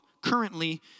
currently